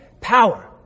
power